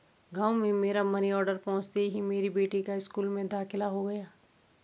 गांव में मेरा मनी ऑर्डर पहुंचते ही मेरी बेटी का स्कूल में दाखिला हो गया